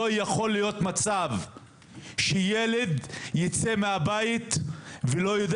לא יכול להיות מצב שילד יצא מהבית ולא יודע